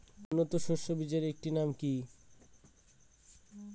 উন্নত সরষে বীজের একটি নাম কি?